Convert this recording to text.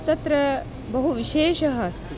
तत्र बहुविशेषः अस्ति